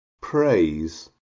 Praise